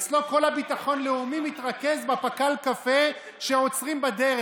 אצלו כל הביטחון הלאומי מתרכז בפק"ל קפה שעוצרים בדרך.